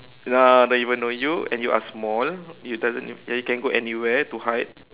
ah don't even know you and you are small it doesn't ya you can go anywhere to hide